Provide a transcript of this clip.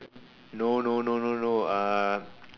no no no no no uh